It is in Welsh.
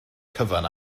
cyfan